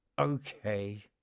Okay